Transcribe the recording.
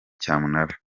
cyamunara